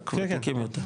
רק וותיקים יותר.